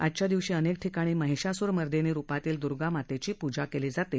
आजच्या दिवशी अनेक ठिकाणी महिषासुर मर्दिनी रुपातील दुर्गामातेची पूजा केली जाते